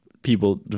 People